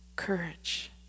Courage